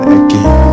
again